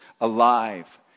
alive